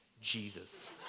Jesus